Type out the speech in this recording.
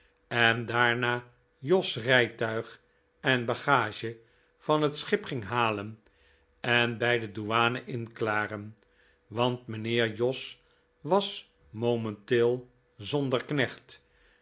en daarna jos rijtuig en bagage van het schip ging halen en bij de douanen inklaren want mijnheer jos was momenteel zonder knecht